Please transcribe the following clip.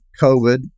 COVID